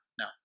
No